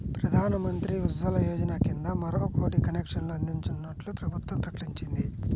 ప్రధాన్ మంత్రి ఉజ్వల యోజన కింద మరో కోటి కనెక్షన్లు అందించనున్నట్లు ప్రభుత్వం ప్రకటించింది